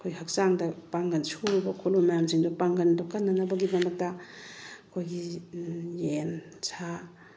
ꯑꯩꯈꯣꯏ ꯍꯛꯆꯥꯡꯗ ꯄꯥꯡꯒꯜ ꯁꯨꯔꯨꯕ ꯈꯣꯠꯂꯨꯕ ꯃꯌꯥꯝꯁꯤꯡꯗꯣ ꯄꯥꯡꯒꯜꯗꯣ ꯀꯟꯅꯅꯕꯒꯤꯗꯃꯛꯇ ꯑꯩꯈꯣꯏꯒꯤ ꯌꯦꯟ ꯁꯥ